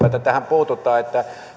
tähän puututaan